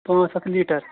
پانٛژھ ہَتھ لیٖٹر